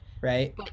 right